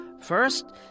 First